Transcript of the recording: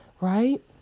right